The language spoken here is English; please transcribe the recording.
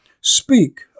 speak